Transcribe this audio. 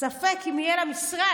ספק אם יהיה לה משרד.